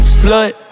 slut